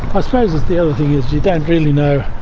i suppose the other thing is you don't really know,